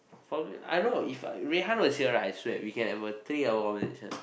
falling I know if Rui-Han was right I swear we can have a three hour conversation